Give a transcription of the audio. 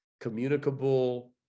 communicable